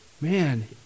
Man